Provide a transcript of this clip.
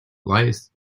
lies